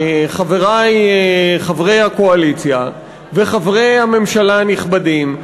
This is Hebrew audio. חברי חברי הקואליציה וחברי הממשלה הנכבדים,